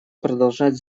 продолжать